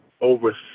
over